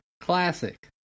Classic